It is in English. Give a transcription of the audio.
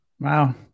Wow